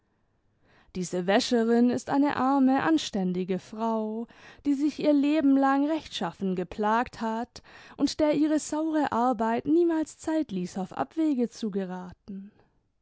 diese wäscherin ist eine arme anständige frau die sich ihr leben lang rechtschaffen geplagt hat und der ihre saure arbeit niemals zeit ließ auf abwege zu geraten